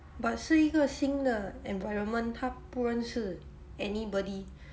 but 是一个新的 environment 他不认识 anybody